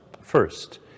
first